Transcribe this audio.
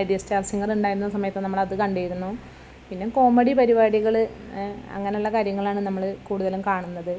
idea star singer ഉണ്ടായിരുന്ന സമയത്ത് നമ്മൾ അത് കണ്ടിരുന്നു പിന്നെ കോമഡി പരിപാടികൾ അങ്ങനെയുള്ള കാര്യങ്ങളാണ് നമ്മൾ കൂടുതലും കാണുന്നത്